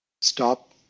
stop